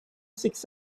six